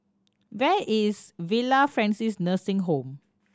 where is Villa Francis Nursing Home